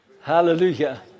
Hallelujah